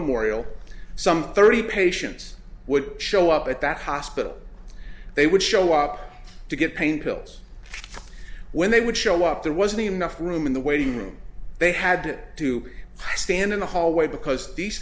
memorial some thirty patients would show up at that hospital they would show up to get pain pills when they would show up there wasn't enough room in the waiting room they had to stand in the hallway because these